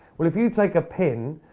well if you take a pin,